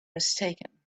mistaken